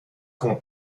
como